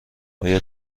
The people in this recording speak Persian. آیا